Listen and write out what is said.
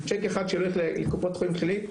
צ'ק אחד שהולך לקופת חולים כללית,